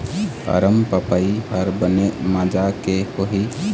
अरमपपई हर बने माजा के होही?